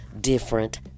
different